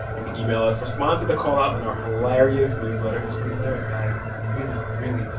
you can email us. respond to the call out on our hilarious newsletter. it's really hilarious, guys really, really.